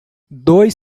dois